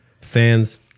fans